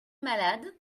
malade